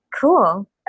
Cool